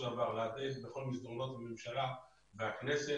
דבר להדהד בכול מסדרונות הממשלה והכנסת.